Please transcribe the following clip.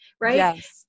Right